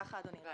אני